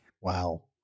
Wow